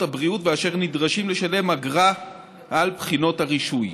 הבריאות ואשר נדרשים לשלם אגרה על בחינות הרישוי.